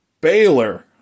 Baylor